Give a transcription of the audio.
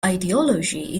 ideology